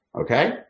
okay